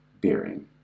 bearing